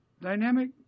Dynamic